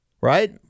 right